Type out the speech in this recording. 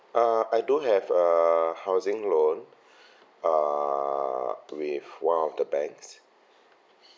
uh I do have a housing loan err with one of the banks